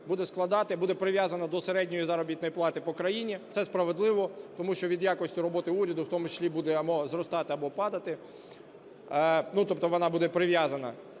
буде складати… буде прив'язана до середньої заробітної плати по країні. Це справедливо, тому що від якості роботи уряду в тому числі буде або зростати, або падати, ну, тобто вона буде прив'язана.